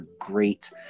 great